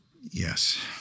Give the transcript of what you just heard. yes